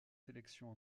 sélections